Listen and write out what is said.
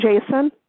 Jason